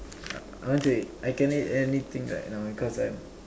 I want to eat I can eat anything right now because I'm